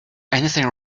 anything